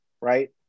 Right